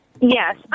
Yes